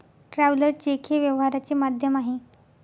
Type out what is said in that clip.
traveller cheque हे व्यवहाराचे माध्यम आहे